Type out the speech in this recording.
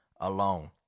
alone